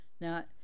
Now